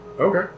Okay